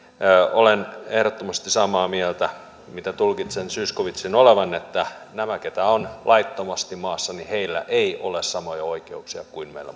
olen ehdottomasti samaa mieltä mitä tulkitsen zyskowiczin olevan että näillä jotka ovat laittomasti maassa ei ole samoja oikeuksia kuin meillä